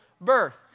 birth